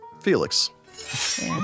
Felix